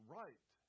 right